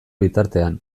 bitartean